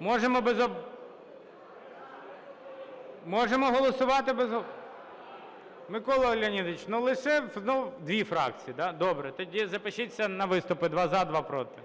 Можемо голосувати без обговорення? Микола Леонідович, лише... дві фракції, да? Добре. Тоді запишіться на виступи: два – за, два – проти.